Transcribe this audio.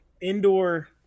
indoor